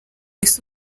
ese